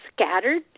scattered